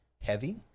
heavy